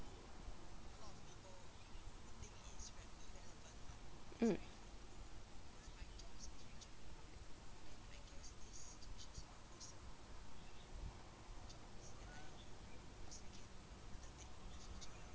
mm